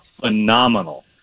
phenomenal